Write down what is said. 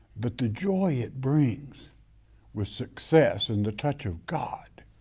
but the joy it brings was success and the touch of god,